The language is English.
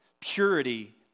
Purity